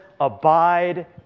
abide